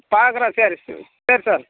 பாக்குறேன் சரி சரி சரி சார்